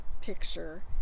picture